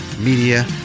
Media